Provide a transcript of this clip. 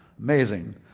amazing